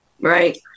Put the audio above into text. right